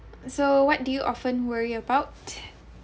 so what do you often worry about